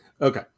Okay